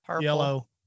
Yellow